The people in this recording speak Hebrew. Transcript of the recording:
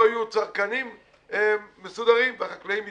לא יהיו צרכנים מסודרים והחקלאים יתחסלו.